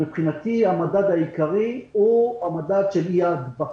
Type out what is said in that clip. מבחינתי, המדד העיקרי הוא מדד אי ההדבקה.